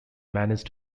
managed